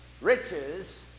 riches